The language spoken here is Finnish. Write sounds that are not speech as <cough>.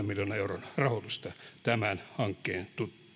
<unintelligible> miljoonan euron rahoitusta tämän hankkeen